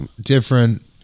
different